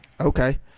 okay